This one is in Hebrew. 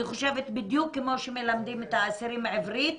אני חושבת שבדיוק כמו שמלמדים את האסירים עברית,